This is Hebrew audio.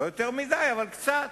לא יותר מדי, אבל קצת.